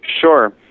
Sure